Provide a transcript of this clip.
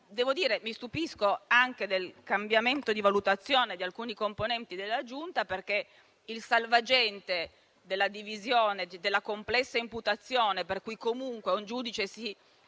mi stupisco anche del cambiamento di valutazione di alcuni componenti della Giunta, perché il salvagente della complessa imputazione, per cui comunque un giudice si